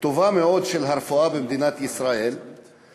טובה מאוד, הרפואה במדינת ישראל,